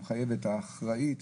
המחייבת האחראית,